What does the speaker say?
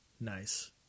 nice